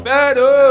Better